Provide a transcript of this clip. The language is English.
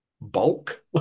bulk